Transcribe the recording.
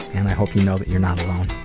and i hope you know that you're not alone,